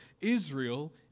Israel